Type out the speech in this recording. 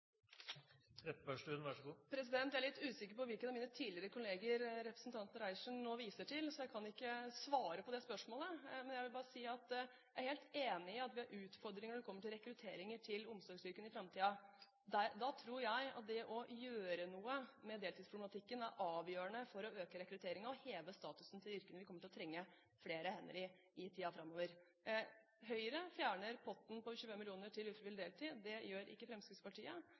Jeg er litt usikker på hvilken av mine tidligere kolleger representanten Reiertsen nå viser til, så jeg kan ikke svare på det spørsmålet. Jeg vil bare si at jeg er helt enig i at vi har utfordringer når det kommer til rekruttering til omsorgsyrker i framtiden. Da tror jeg at det å gjøre noe med deltidspoblematikken er avgjørende for å øke rekrutteringen og heve statusen til yrkene. Vi kommer til å trenge flere hender i tiden framover. Høyre fjerner potten på 25 mill. kr til ufrivillig deltid. Det gjør ikke Fremskrittspartiet.